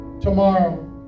tomorrow